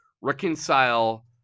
reconcile